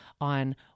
on